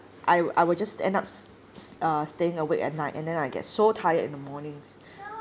I I will just end up s~ s~ uh staying awake at night and then I get so tired in the mornings